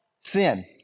sin